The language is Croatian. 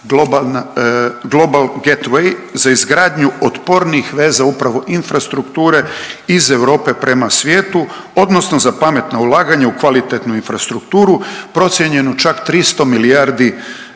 Global Gateway za izgradnju otpornijih veza upravo infrastrukture iz Europe prema svijetu odnosno za pametna ulaganja u kvalitetnu infrastrukturu procijenjenu čak 300 milijardi